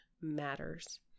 matters